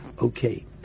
Okay